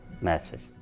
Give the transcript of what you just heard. message